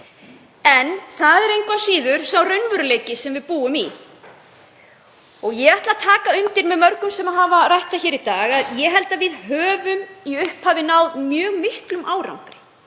Það er engu að síður sá raunveruleiki sem við búum í. Ég ætla að taka undir með mörgum sem hafa tekið til máls hér í dag að ég held að við höfum í upphafi náð mjög miklum árangri,